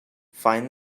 find